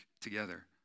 together